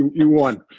you won.